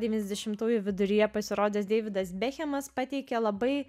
devyniasdešimtųjų viduryje pasirodęs deividas bekhemas pateikė labai